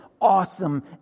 Awesome